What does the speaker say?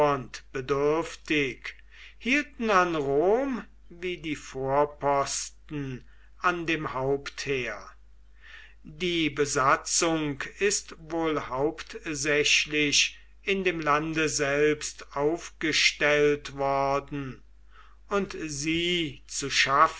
bedürftig hielten an rom wie die vorposten an dem hauptheer die besatzung ist wohl hauptsächlich in dem lande selbst aufgestellt worden und sie zu schaffen